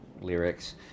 lyrics